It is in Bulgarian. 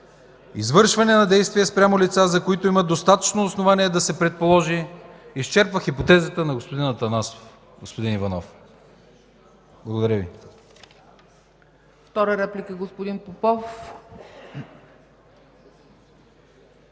„Извършване на действия спрямо лица, за които има достатъчно основание да се предположи...” изчерпва хипотезата на господин Атанасов, господин Иванов. Благодаря Ви.